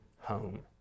home